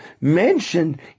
mentioned